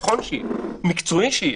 נכון שתהיה המלצה מקצועית.